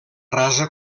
rasa